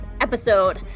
episode